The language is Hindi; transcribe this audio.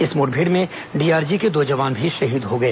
इस मुठभेड़ में डीआरजी के दो जवान भी शहीद हो गए